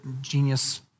genius